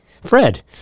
Fred